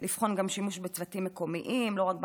לבחון גם שימוש בצוותים מקומיים, לא רק בחגים.